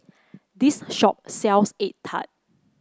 this shop sells egg tart